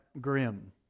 grim